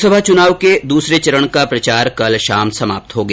लोकसभा चुनाव के दूसरे चरण का प्रचार कल शाम समाप्त हो गया